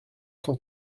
cent